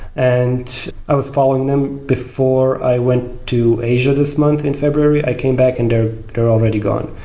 and i was following them before i went to asia this month in february. i came back and they're already gone.